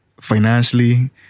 financially